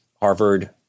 Harvard